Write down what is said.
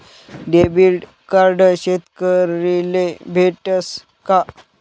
Debit card शेतकरीले भेटस का?